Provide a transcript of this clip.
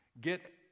get